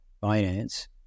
finance